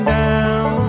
down